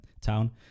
town